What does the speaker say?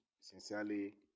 sincerely